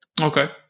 Okay